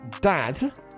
dad